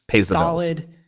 solid